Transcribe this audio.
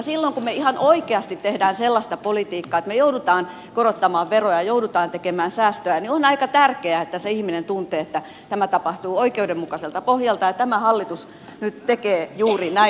silloin kun me ihan oikeasti teemme sellaista politiikkaa että me joudumme korottamaan veroja ja joudumme tekemään säästöä niin on aika tärkeää että se ihminen tuntee että tämä tapahtuu oikeudenmukaiselta pohjalta ja tämä hallitus nyt tekee juuri näin